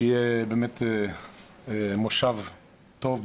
שיהיה באמת מושב טוב,